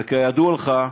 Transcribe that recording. וכידוע לך,